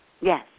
yes